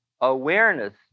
awareness